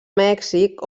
mèxic